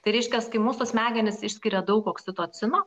tai reiškias kai mūsų smegenys išskiria daug oksitocino